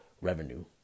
revenue